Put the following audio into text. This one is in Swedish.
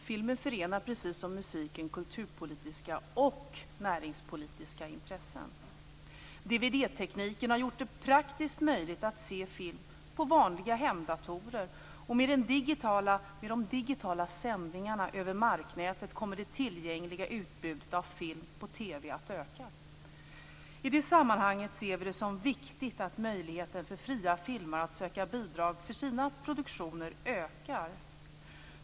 Filmen förenar, precis som musiken, kulturpolitiska och näringspolitiska intressen. DVD-tekniken har gjort det praktiskt möjligt att se film på vanliga hemdatorer, och med de digitala sändningarna över marknätet kommer det tillgängliga utbudet av film på TV att öka. I det sammanhanget ser vi det som viktigt att möjligheten för fria filmare att söka bidrag för sina produktioner ökar.